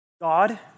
God